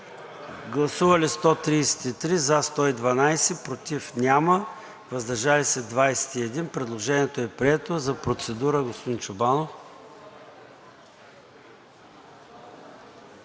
представители: за 112, против няма, въздържали се 21. Предложението е прието. За процедура, господин Чобанов.